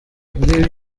muri